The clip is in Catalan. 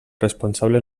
responsable